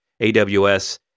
AWS